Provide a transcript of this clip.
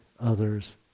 others